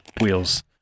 Wheels